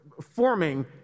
forming